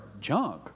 junk